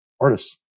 artists